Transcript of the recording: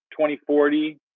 2040